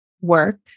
work